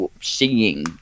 seeing